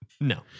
No